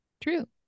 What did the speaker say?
True